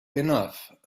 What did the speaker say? enough